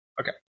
Okay